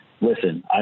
listen